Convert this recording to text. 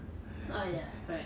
orh ya correct